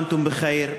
(אומר בערבית: חג שמח.